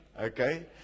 Okay